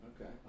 Okay